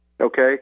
okay